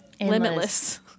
limitless